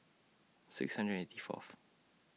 six hundred eighty Fourth